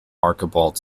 archibald